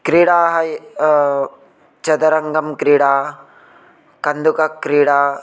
क्रीडाः चतुरङ्गक्रीडा कन्दुकक्रीडा